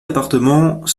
appartements